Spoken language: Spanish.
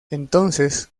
entonces